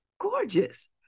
Gorgeous